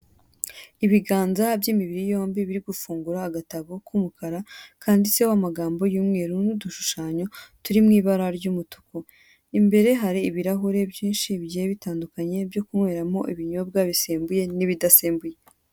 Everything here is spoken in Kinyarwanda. Ibiganza by'imibiri yombi biri gufungura agatabo k'umukara kanditseho amagambo y'umweru n'udushushanyo turi mu ibara ry'umutuku, imbere hari ibirahure byinshi bigiye bitandukanye byo kunyweramo ibinyobwa bisembuye n'ibidasembuye.